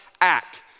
act